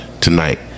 tonight